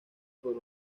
por